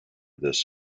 this